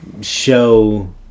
show